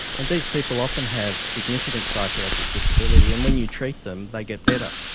and these people often have significant psychiatric disability, and when you treat them they get better.